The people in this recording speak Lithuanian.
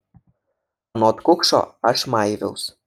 anot kukšo aš maiviaus